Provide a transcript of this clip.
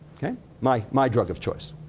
ok? my my drug of choice,